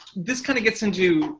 this kind of gets into